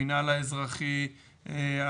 המינהל האזרחי,